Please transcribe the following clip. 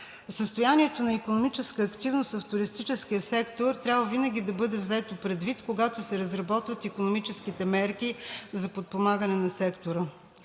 състоянието на икономическа активност в туристическия сектор трябва винаги да бъде взето предвид, когато се разработват икономическите мерки за подпомагане на сектора.